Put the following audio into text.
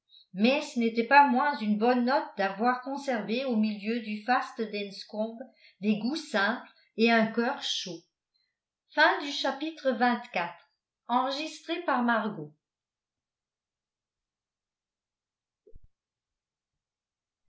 mais ce n'était pas moins une bonne note d'avoir conservé au milieu du faste d'enscombe des goûts simples et un cœur chaud